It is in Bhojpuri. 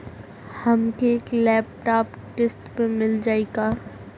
हमके एक लैपटॉप किस्त मे मिल जाई का?